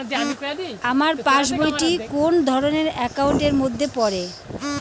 আমার পাশ বই টি কোন ধরণের একাউন্ট এর মধ্যে পড়ে?